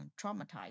traumatized